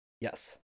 yes